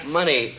money